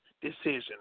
decision